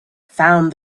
found